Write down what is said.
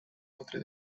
otra